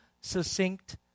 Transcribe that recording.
succinct